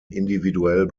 individuell